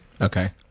Okay